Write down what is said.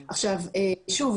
שוב,